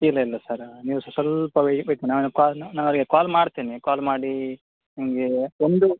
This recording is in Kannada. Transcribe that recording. ಇಲ್ಲ ಇಲ್ಲ ಸರ್ ನೀವು ಸ್ವಲ್ಪ ವೆಯ್ಟ್ ಮಾಡಿ ನಾನು ಅವರಿಗೆ ಕಾಲ್ ಮಾಡ್ತೇನೆ ಕಾಲ್ ಮಾಡಿ ನಿಮಗೆ ಒಂದು